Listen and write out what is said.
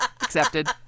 Accepted